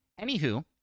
Anywho